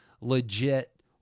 legit